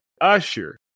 Usher